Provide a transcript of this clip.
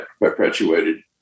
perpetuated